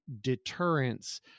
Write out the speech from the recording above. deterrence